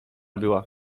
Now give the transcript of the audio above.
była